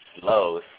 slow